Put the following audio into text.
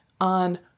on